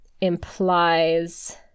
implies